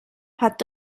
hat